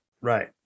Right